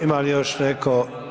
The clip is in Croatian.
Ima li još neko.